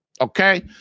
okay